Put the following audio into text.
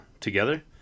together